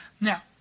Now